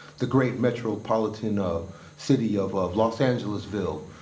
the great metropolitan you know city of of los angelesville.